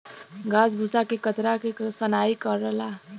घास भूसा के कतरा के सनाई करला